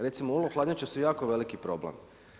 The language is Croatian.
Recimo ulo hladnjače su jako veliki problem.